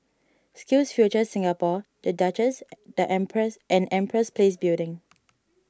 SkillsFuture Singapore the Duchess the Empress and Empress Place Building